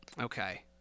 okay